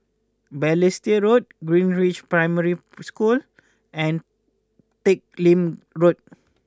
Balestier Road Greenridge Primary School and Teck Lim Road